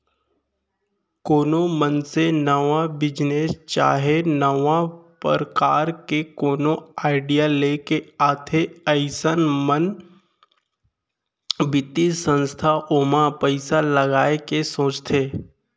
कोनो मनसे नवा बिजनेस चाहे नवा परकार के कोनो आडिया लेके आथे अइसन म बित्तीय संस्था ओमा पइसा लगाय के सोचथे